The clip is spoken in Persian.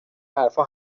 حرفها